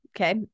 Okay